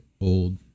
old